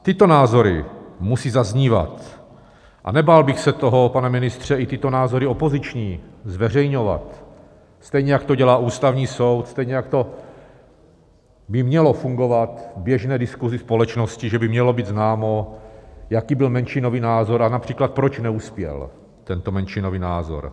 Tyto názory musí zaznívat a nebál bych se toho, pane ministře, i tyto opoziční názory zveřejňovat, stejně jako to dělá Ústavní soud, stejně jako by to mělo fungovat v běžné diskuzi společnosti, že by mělo být známo, jaký byl menšinový názor a například proč neuspěl tento menšinový názor.